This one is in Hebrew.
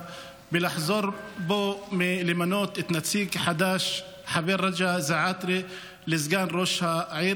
לחזור בו מלמנות את נציג חד"ש החבר רג'א זעאתרה לסגן ראש העיר.